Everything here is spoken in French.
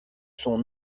son